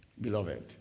Beloved